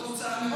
לא צריך לראות,